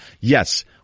yes